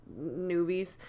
newbies